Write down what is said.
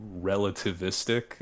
relativistic